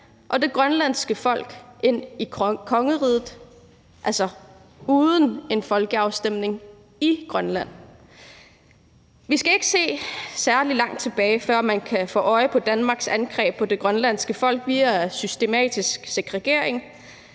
og det grønlandske folk i kongeriget, altså uden en folkeafstemning i Grønland. Kl. 21:50 Vi skal ikke se særlig langt tilbage, før man kan få øje på Danmarks angreb på det grønlandske folk via systematisk segregering,